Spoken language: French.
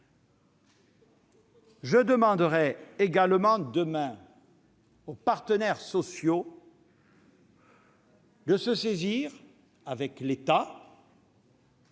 je demanderai demain aux partenaires sociaux de se saisir, avec l'État,